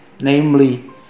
namely